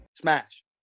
smash